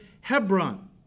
Hebron